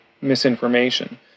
misinformation